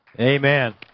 Amen